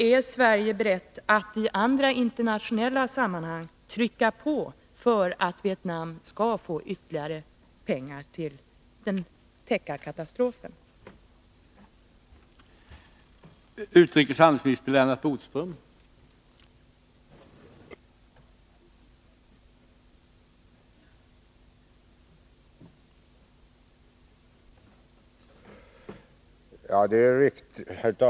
Är Sverige berett att i andra internationella sammanhang trycka på för att Vietnam skall få ytterligare pengar till att täcka katastrofens kostnader?